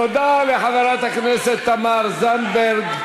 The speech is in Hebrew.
תודה לחברת הכנסת תמר זנדברג.